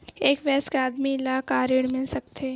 एक वयस्क आदमी ला का ऋण मिल सकथे?